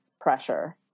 pressure